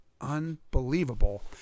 unbelievable